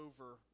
over